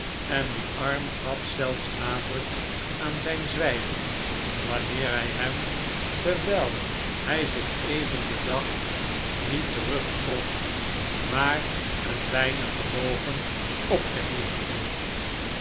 en die arm gaf zelfs nadruk aan zijn zwijgen wanneer hij hem terwijl hij zich even bedacht nietterugtrok maar een weinig gebogen opgeheven hield